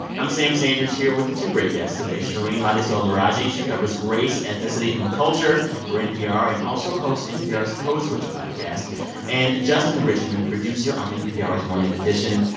i'm sam sanders here with two great guests today shereen marisol meraji. she covers race, ethnicity and culture for npr and also hosts npr's code switch podcast and justin richmond, producer on npr's morning edition.